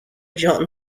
john